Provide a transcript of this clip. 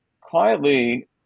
quietly